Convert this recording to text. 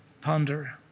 ponder